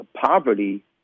poverty